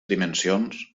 dimensions